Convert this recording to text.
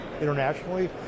internationally